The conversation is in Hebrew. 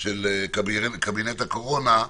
של קבינט הקורונה,